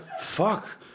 Fuck